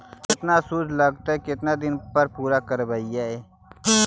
केतना शुद्ध लगतै केतना दिन में पुरा करबैय?